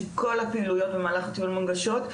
שכל הפעילויות במהלך הטיול מונגשות,